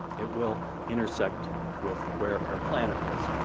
it will intersect with where our planet is.